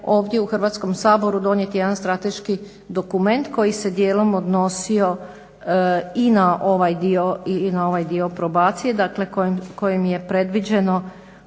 ovdje u Hrvatskom saboru donijet jedan strateški dokument koji se dijelom odnosi i na ovaj dio probacije kojim je predviđeno